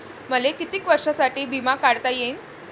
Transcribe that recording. मले कितीक वर्षासाठी बिमा काढता येईन?